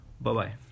bye-bye